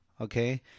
Okay